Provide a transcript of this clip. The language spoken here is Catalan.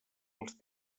els